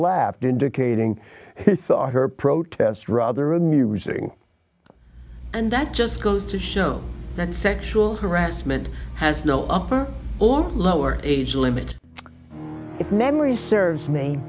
laughed indicating thought her protest rather amusing and that just goes to show that sexual harassment has no upper or lower age limit if memory serves me